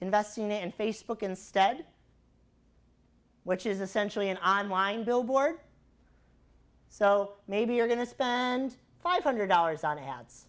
investing and facebook instead which is essentially an on line billboard so maybe you're going to spend and five hundred dollars on ads